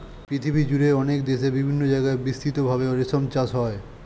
পৃথিবীজুড়ে অনেক দেশে বিভিন্ন জায়গায় বিস্তৃত ভাবে রেশম চাষ হয়